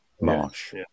Marsh